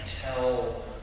tell